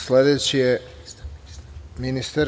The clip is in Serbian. Sledeći je ministar.